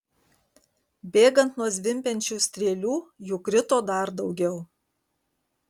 bėgant nuo zvimbiančių strėlių jų krito dar daugiau